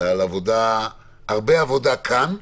על הרבה עבודה כאן,